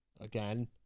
Again